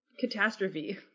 catastrophe